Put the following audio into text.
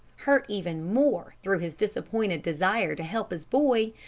hurt even more through his disappointed desire to help his boy,